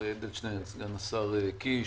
סגן השר קיש,